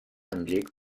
anblick